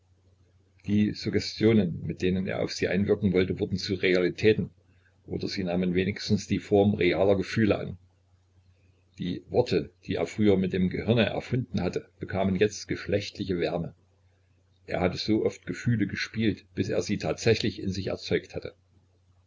die suggestionen mit denen er auf sie einwirken wollte wurden zu realitäten oder sie nahmen wenigstens die formen realer gefühle an die worte die er früher mit dem gehirne erfunden hatte bekamen jetzt geschlechtliche wärme er hatte so oft gefühle gespielt bis er sie tatsächlich in sich erzeugt hatte